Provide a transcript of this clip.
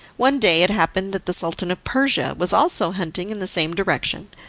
one day it happened that the sultan of persia was also hunting in the same direction,